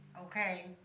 okay